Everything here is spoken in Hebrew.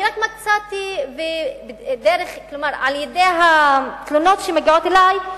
אני רק מצאתי, על-ידי התלונות שמגיעות אלי,